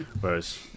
whereas